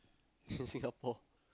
in Singapore